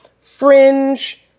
fringe